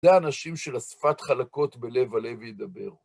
זה האנשים שלשפת חלקות בלב ולב ידבר.